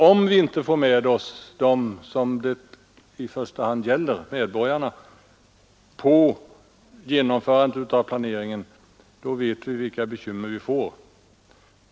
Om vi inte får med oss dem som det i första hand gäller, medborgarna själva, vid genomförandet av planeringen, vet vi vilka bekymmer som uppstår.